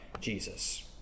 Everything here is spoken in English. Jesus